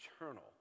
eternal